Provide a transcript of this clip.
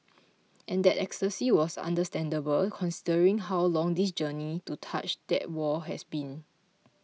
and that ecstasy was understandable considering how long this journey to touch that wall has been